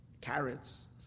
Carrots